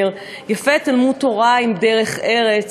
אומר: יפה תלמוד תורה עם דרך ארץ,